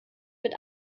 mit